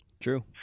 True